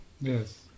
Yes